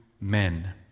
men